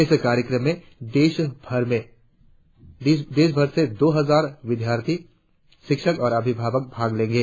इस कार्यक्रम में देशभर से दो हजार विद्यार्थी शिक्षक और अभिभावक भाग लेंगे